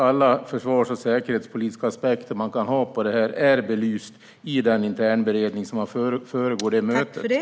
Alla försvars och säkerhetspolitiska aspekter man kan ha på detta är belysta i den internberedning som föregår det mötet.